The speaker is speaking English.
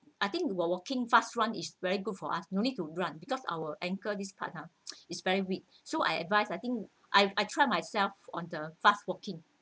I think while walking fast run is very good for us no need to run because our ankle this part ah it's very week so I advise I think I've I try myself on the fast walking